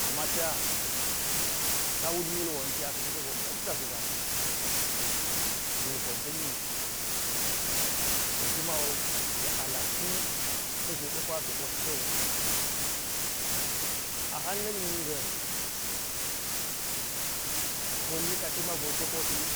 Ta wut mil wonti aka pi sogo ma̱s ta ʒiga suksi nukan ka̱ni, to ti mawu yek a lakti, ka̱ jwe de pa sa̱ botl sowu. A ha̱l mik ma̱nga̱n. Gon niɗa ta̱ mago ta̱ botli,